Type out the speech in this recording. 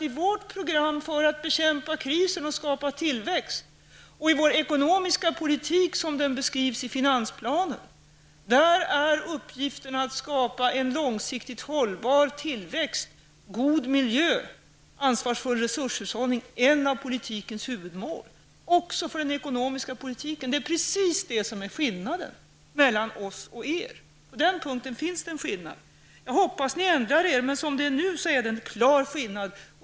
I vårt program för att bekämpa krisen och skapa tillväxt samt i vår ekonomiska politik, som den beskrivs i finansplanen, är uppgiften att skapa en långsiktigt hållbar tillväxt, god miljö, ansvarsfull resurshushållning är av politikens huvudmål. Det gäller också för den ekonomiska politiken. Det är precis det som är skillnaden mellan oss och er. På den punkten finns det en skillnad. Jag hoppas att ni ändrar er, men som det är nu finns det en klar skillnad.